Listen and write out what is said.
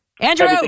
andrew